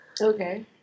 Okay